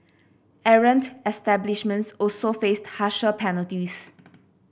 errant establishments also faced harsher penalties